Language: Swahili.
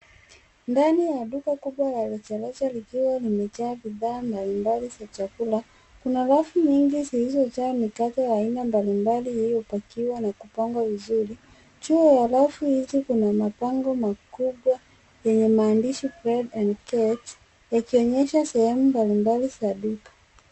Ndani ya duka kubwa ya rejareja likiwa limejaa bidhaa mbalimbali za chakula ,kuna rafu nyingi zilizojaa mikate ya aina mbalimbali hiyo pakiwa na kupanga vizuri ,juu halafu hizi kuna mabango makubwa yenye maandishi' Bread and cake' ikionyesha sehemu mbalimbali za duka.